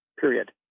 Period